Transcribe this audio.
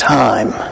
time